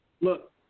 Look